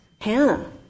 Hannah